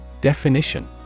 Definition